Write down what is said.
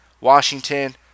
Washington